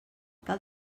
cal